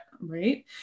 right